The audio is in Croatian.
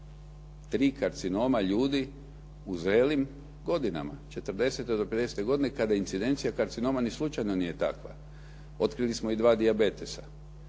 3 karcinoma ljudi u zrelim godinama, četrdesete do pedesete godine kada incidencija karcinoma ni slučajno nije takva. Otkrili smo i 2 dijabetesa.